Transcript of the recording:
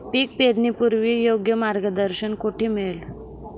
पीक पेरणीपूर्व योग्य मार्गदर्शन कुठे मिळेल?